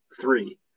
three